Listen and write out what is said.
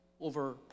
over